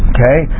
Okay